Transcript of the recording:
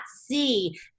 see